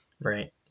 right